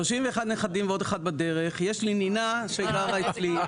31 נכדים ועוד אחד בדרך, יש לי נינה שגרה אצלי.